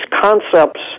concepts